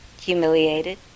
humiliated